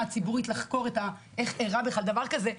ציבורית לחקור איך אירע בכלל דבר כזה.